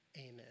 Amen